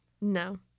No